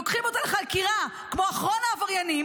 לוקחים אותו לחקירה כמו אחרון העבריינים,